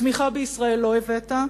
תמיכה בישראל לא הבאת,